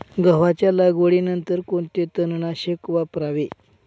गव्हाच्या लागवडीनंतर कोणते तणनाशक वापरावे?